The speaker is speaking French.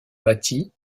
bâties